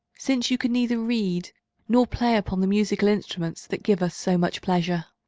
since you can neither read nor play upon the musical instruments that give us so much pleasure.